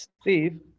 Steve